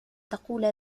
تقول